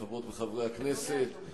חברות וחברי הכנסת,